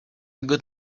good